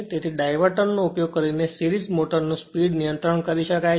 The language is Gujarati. તેથીડાયવર્ટર નો ઉપયોગ કરીને સિરીજમોટરનું આ સ્પીડ નિયંત્રણ કરી શકાય છે